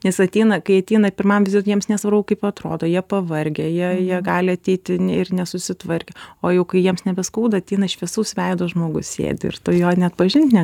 nes ateina kai ateina pirmam vizitui jiems nesvarbu kaip atrodo jie pavargę jie jie gali ateiti ir nesusitvarkę o jau kai jiems nebeskauda ateina šviesaus veido žmogus sėdi ir tu jo net pažint ne